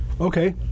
Okay